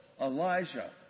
Elijah